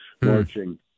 marching